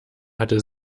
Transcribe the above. hatte